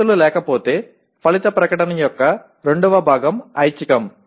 షరతులు లేకపోతే ఫలిత ప్రకటన యొక్క రెండవ భాగం ఐచ్ఛికం